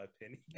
opinion